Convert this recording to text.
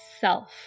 Self